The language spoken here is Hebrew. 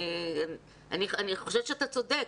אני חושבת שאתה צודק.